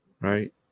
right